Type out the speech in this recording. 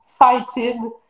fighted